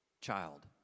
child